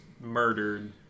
murdered